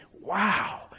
wow